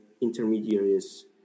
intermediaries